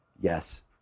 yes